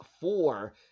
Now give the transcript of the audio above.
four